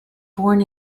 born